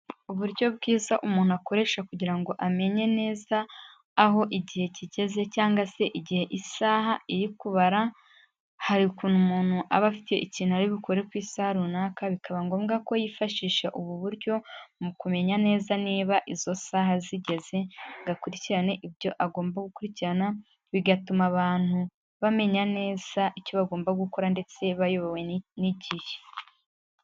Uburyo bwiza umuntu akoresha kugira ngo amenye neza aho igihe kigeze cyangwase igihe isaaha iri kubara, hari ukuntu umuntu aba afite ikintu ari bukore ku isaaha runaka bikaba ngombwa ko yifashisha ubu buryo mu kumenya neza niba izo saaha zigeze ngo akurikirane ibyo agomba gukurikirana, bigatuma abantu bamenya neza icyo bagomba gukora ndetse bayobowe n'igihe.